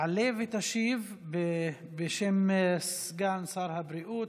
תעלה ותשיב, בשם סגן שר הבריאות,